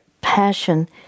passion